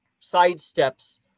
sidesteps